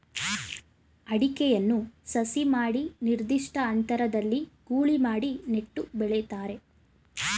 ಅಡಿಕೆಯನ್ನು ಸಸಿ ಮಾಡಿ ನಿರ್ದಿಷ್ಟ ಅಂತರದಲ್ಲಿ ಗೂಳಿ ಮಾಡಿ ನೆಟ್ಟು ಬೆಳಿತಾರೆ